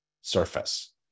surface